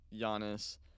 Giannis